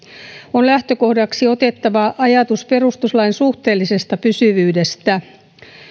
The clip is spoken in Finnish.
on lähtökohdaksi otettava ajatus perustuslain suhteellisesta pysyvyydestä